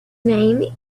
name